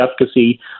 efficacy